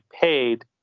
paid